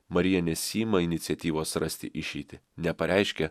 marija nesiima iniciatyvos rasti išeitį nepareiškia